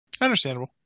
Understandable